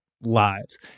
lives